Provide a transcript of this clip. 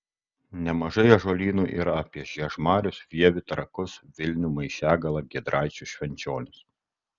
nemažai ąžuolynų yra apie žiežmarius vievį trakus vilnių maišiagalą giedraičius švenčionis